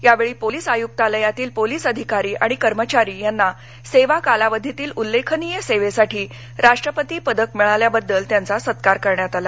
यावेळीपोलिस आयुक्तालयातील पोलिस अधिकारी आणि कर्मचारी यांना सेवा कालावधीतील उल्लेखनीय सेवेसाठी राष्ट्रपती पदक मिळाल्याबद्दल त्यांचा सत्कार करण्यात आला